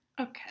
Okay